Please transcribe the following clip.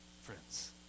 friends